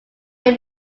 area